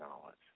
knowledge